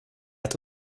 hat